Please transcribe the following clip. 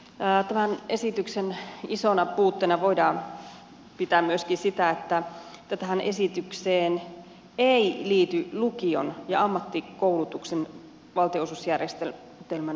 tämän esityksen isona puutteena voidaan pitää myöskin sitä että tähän esitykseen ei liity lukion ja ammattikoulutuksen valtionosuusjärjestelmän uudistamista